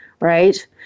right